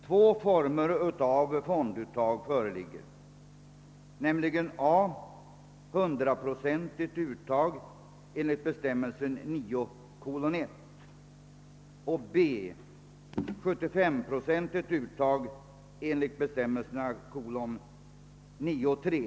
Två former av fonduttag föreligger, nämligen 100-procentigt uttag enligt bestämmelsen 9:1 och 75-procentigt uttag enligt bestämmelsen 9:3.